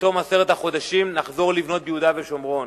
שבתום עשרת החודשים נחזור לבנות ביהודה ושומרון.